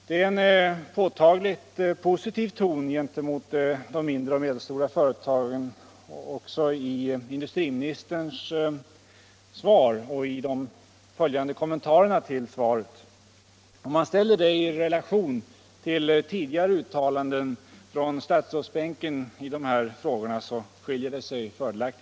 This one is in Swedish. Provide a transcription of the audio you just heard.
Det var en påtagligt positiv ton gentemot de mindre och medelstora företagen också i industriministerns svar och i de följande kommentarerna till svaret. Det skiljer sig fördelaktigt från tidigare uttalanden från statsrådsbänken i dessa frågor.